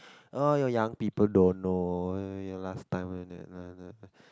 oh your young people don't know last time )ppo)